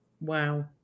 wow